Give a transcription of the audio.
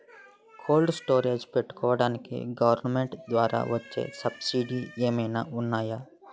Cold storage పెట్టుకోడానికి government ద్వారా వచ్చే సబ్సిడీ ఏమైనా ఉన్నాయా?